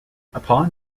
upon